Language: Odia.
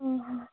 ଓଃ